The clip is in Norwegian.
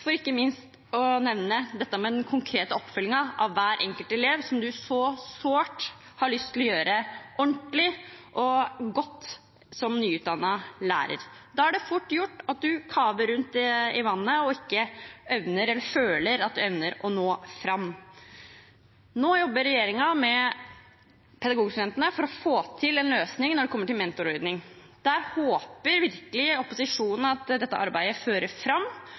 ikke minst den konkrete oppfølgingen av hver enkelt elev, som man så sårt har lyst til å gjøre ordentlig og godt som nyutdannet lærer. Da er det fort gjort at man kaver rundt i vannet og føler at man ikke evner å nå fram. Nå jobber regjeringen med Pedagogstudentene for å få til en løsning når det kommer til mentorordning. Der håper virkelig opposisjonen at dette arbeidet fører fram,